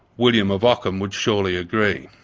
william of ockham would surely agree.